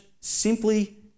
simply